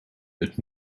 het